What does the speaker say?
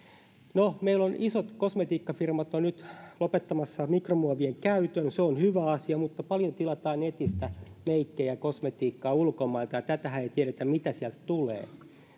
no meillä isot kosmetiikkafirmat ovat nyt lopettamassa mikromuovien käytön ja se on hyvä asia mutta paljon tilataan netistä ulkomailta meikkejä kosmetiikkaa ja sitähän ei tiedetä mitä sieltä tulee